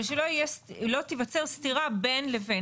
אבל שלא תיווצר סתירה בין לבין.